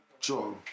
job